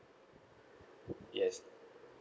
yes